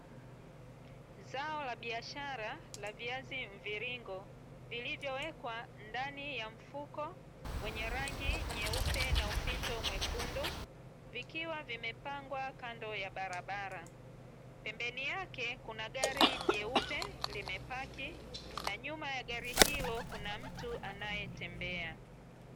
Zao la biashara la viazi mviringo, vilivyowekwa ndani ya mfuko wenye rangi nyeupe na ufito mwekundu, vikiwa vimepangwa kando ya barabara. pembeni yake kuna gari jeupe limepaki na nyuma ya gari hilo kuna mtu anaetembea.